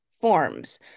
forms